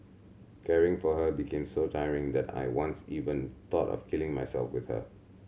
caring for her became so tiring that I once even thought of killing myself with her